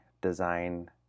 design